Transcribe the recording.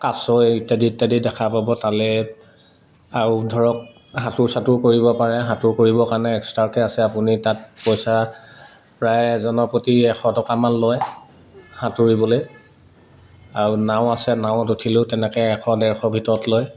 কাছ ইত্যাদি ইত্যাদি দেখা পাব তালৈ আৰু ধৰক সাঁতোৰ চাঁতোৰ কৰিব পাৰে সাঁতোৰ কৰিবৰ কাৰণে এক্সট্ৰাকৈ আছে আপুনি তাত পইচা প্ৰায় এজনৰ প্ৰতি এশ টকামান লয় সাঁতুৰিবলৈ আৰু নাও আছে নাওত উঠিলোঁ তেনেকৈ এশ ডেৰশ ভিতৰত লয়